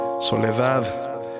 Soledad